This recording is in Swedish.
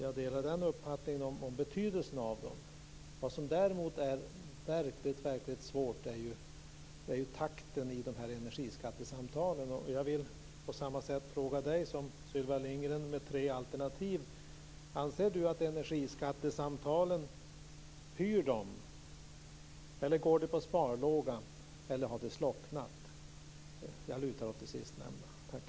Jag delar uppfattningen om betydelsen av dem. Vad som däremot är verkligt svårt är takten i energiskattesamtalen. På samma sätt som gjordes med Sylvia Lindgren vill jag fråga Lennart Beijer med tre alternativ: Anser han att energiskattesamtalen pyr, går på sparlåga eller har slocknat? Jag lutar åt det sistnämnda.